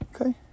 Okay